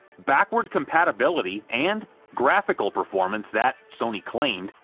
backward compatibility, and graphical performance that, sony claimed,